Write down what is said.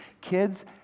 Kids